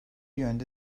yönde